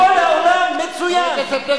כל העולם, מצוין.